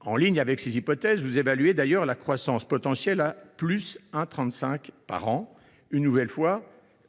En ligne avec ces hypothèses, vous évaluez la croissance potentielle à 1,35 % par an. Une nouvelle fois,